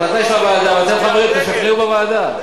החלטה של הוועדה, ואתם חברים, אז תשפיעו בוועדה.